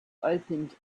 opened